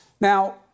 now